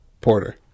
porter